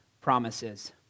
promises